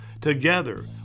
Together